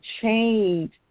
change